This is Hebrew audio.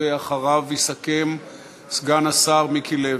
ואחריו יסכם סגן השר מיקי לוי,